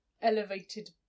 elevated